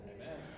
Amen